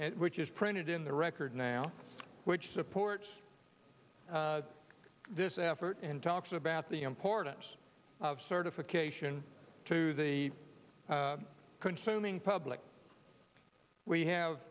article which is printed in the record now which supports this effort and talks about the importance of certification to the consuming public we have